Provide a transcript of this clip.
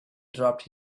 dropped